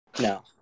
No